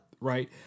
Right